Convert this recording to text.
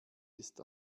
ist